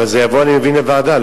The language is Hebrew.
אבל אני מבין שזה יבוא לדיון בוועדה.